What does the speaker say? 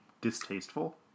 distasteful